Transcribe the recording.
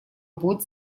будет